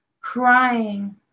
crying